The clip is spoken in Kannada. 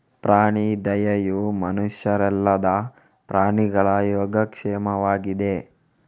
ಪ್ರಾಣಿ ದಯೆಯು ಮನುಷ್ಯರಲ್ಲದ ಪ್ರಾಣಿಗಳ ಯೋಗಕ್ಷೇಮವಾಗಿದೆ